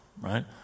right